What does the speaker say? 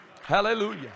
Hallelujah